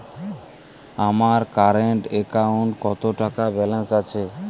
আমার কারেন্ট অ্যাকাউন্টে কত টাকা ব্যালেন্স আছে?